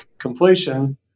completion